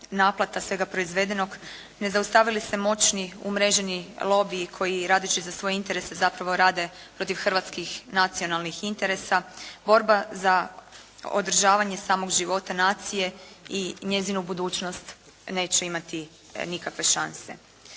naplata svega proizvedenog, ne zaustave li se moćni umreženi lobiji koji radeći za svoje interese zapravo rade protiv hrvatskih nacionalnih interesa, borba za održavanje samog života nacije i njezinu budućnost neće imati nikakve šanse.